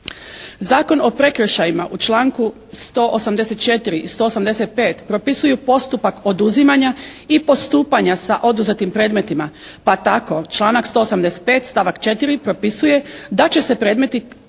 Zakon o prekršajima u članku 184. i 185. propisuju postupak oduzimanja i postupanja sa oduzetim predmetima. Pa tako članak 185. stavak 4. propisuje da će se predmeti